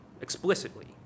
explicitly